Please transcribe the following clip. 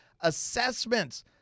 assessments